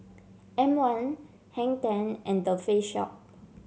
M one Hang Ten and The Face Shop